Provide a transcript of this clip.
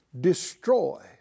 destroy